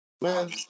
Man